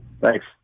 Thanks